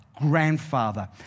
grandfather